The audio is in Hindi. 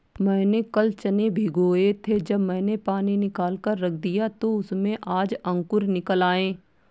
मैंने कल चने भिगोए थे जब मैंने पानी निकालकर रख दिया तो उसमें आज अंकुर निकल आए